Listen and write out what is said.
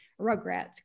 Rugrats